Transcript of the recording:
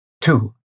Two